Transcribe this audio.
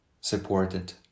supported